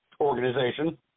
organization